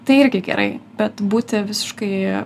tai irgi gerai bet būti visiškai